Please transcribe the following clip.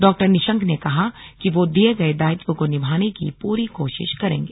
डॉ निशंक ने कहा कि वो दिये गए दायित्व को निभाने की पूरी कोशिश करेंगे